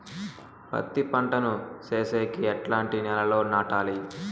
పత్తి పంట ను సేసేకి ఎట్లాంటి నేలలో నాటాలి?